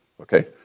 Okay